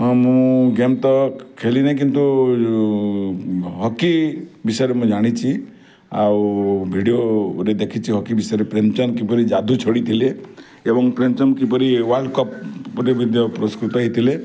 ହଁ ମୁଁ ଗେମ୍ ତ ଖେଳିନି କିନ୍ତୁ ହକି ବିଷୟରେ ମୁଁ ଜାଣିଛି ଆଉ ଭିଡ଼ିଓରେ ଦେଖିଛି ହକି ବିଷୟରେ ପ୍ରେମଚାନ୍ଦ କିପରି ଯାଦୁ ଛଡ଼ିଥିଲେ ଏବଂ ପ୍ରେମଚାନ୍ଦ କିପରି ୱାଲ୍ଡ଼୍ କପ୍ରେ ବିଦ୍ୟା ପୁରସ୍କୃତ ହେଇଥିଲେ